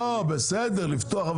בסדר, לפתוח.